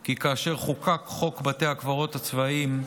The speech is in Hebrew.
כי כאשר חוקק חוק בתי הקברות הצבאיים,